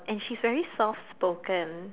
and she's very soft spoken